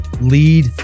Lead